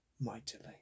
mightily